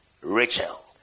Rachel